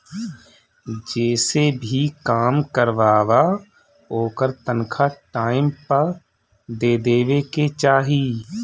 जेसे भी काम करवावअ ओकर तनखा टाइम पअ दे देवे के चाही